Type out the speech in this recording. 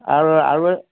আৰু আৰু